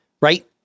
Right